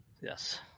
yes